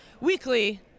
weekly